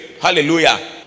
hallelujah